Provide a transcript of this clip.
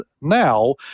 now